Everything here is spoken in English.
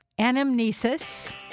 Anamnesis